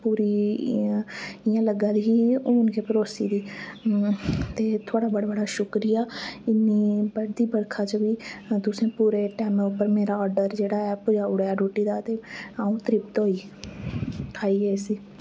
पूरी इ'यां इ'यां लग्गा दी ही हून गै परोस्सी दी ते थोआड़ी बड़ा बड़ा शुक्रिया इन्नी बरदी बरखा च वी तुसैं पुरे टैमा उप्पर मेरा आर्डर जेह्ड़ा ऐ पजाई ओड़ेआ रुट्टी दा ते आऊं त्रिप्त होई खाइयै इस्सी